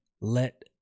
let